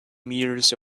meters